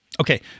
Okay